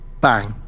bang